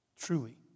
Truly